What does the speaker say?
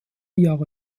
jahre